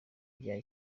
bya